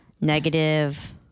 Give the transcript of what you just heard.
negative